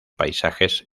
paisajes